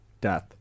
death